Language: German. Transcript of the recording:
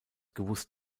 gewusst